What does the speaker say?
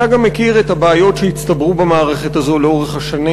אתה גם מכיר את הבעיות שהצטברו במערכת הזאת לאורך השנים.